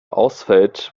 ausfällt